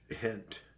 hint